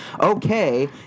Okay